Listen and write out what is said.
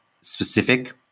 specific